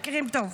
מכירים טוב.